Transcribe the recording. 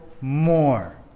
more